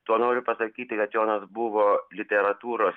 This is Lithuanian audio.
tuo noriu pasakyti kad jonas buvo literatūros